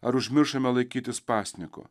ar užmiršome laikytis pasninko